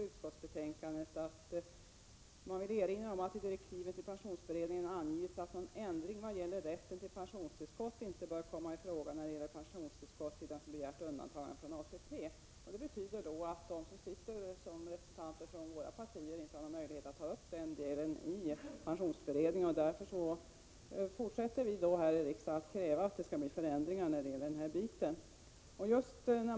Det står i betänkandet att utskottet ”vill erinra om att i direktiven till pensionsberedningen angivits att någon ändring vad gäller rätten till pensionstillskott inte bör komma i fråga när det gäller pensionstillskott till den som begärt undantagande från ATP”. Det betyder att de som representerar våra partier inte har någon möjlighet att ta upp frågan i pensionsberedningen. Därför fortsätter vi att kräva här i riksdagen att det skall bli förändringar i det här avseendet.